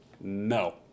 No